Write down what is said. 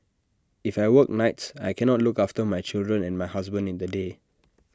if I work nights I cannot look after my children and my husband in the day